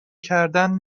کردن